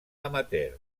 amateur